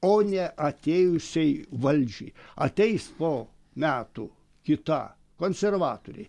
o ne atėjusiai valdžiai ateis po metų kita konservatoriai